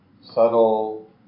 subtle